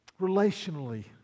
Relationally